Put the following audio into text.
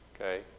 Okay